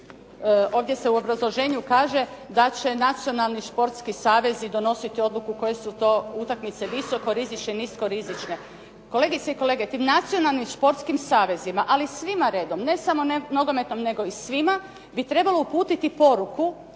Ovdje se u obrazloženju kaže da će nacionalni sportski savezi donositi odluku koje su to utakmice visokorizične, nisko rizične. Kolegice i kolege, tim nacionalnim športskim savezima, ali svima redom, ne samo nogometnom, nego i svima bi trebalo uputiti poruku